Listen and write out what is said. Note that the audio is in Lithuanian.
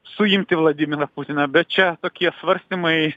suimti vladimirą putiną bet čia tokie svarstymai